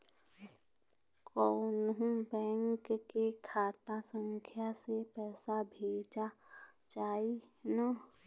कौन्हू बैंक के खाता संख्या से पैसा भेजा जाई न?